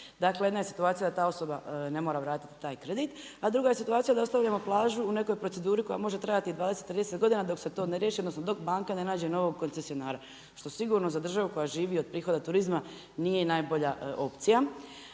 Dakle, jedna je situacija da ta osoba ne mora vratiti taj kredit, a druga je situacija da ostavljamo plažu u nekoj proceduri koja može trajati 20, 30 godina dok se to ne riješi, odnosno dok banke ne nađu novog koncesionara, što sigurno za državu koja živi od prihoda turizma nije najbolja opcija.